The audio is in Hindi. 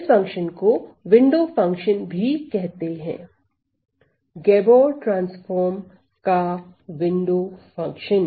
इस फंक्शन को विंडो फंक्शन भी कहते हैं गैबोर ट्रांसफार्म का विंडो फंक्शन